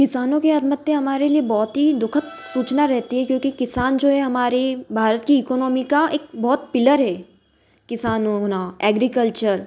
किसानों की आत्महत्या हमारे लिए बहुत ही दुःखद सूचना रहती है क्योंकि किसान जो है हमारे भारत की इकोनॉमी का एक बहुत पिलर है किसान होना एग्रीकल्चर